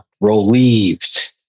relieved